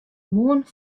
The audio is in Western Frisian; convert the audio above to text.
moarn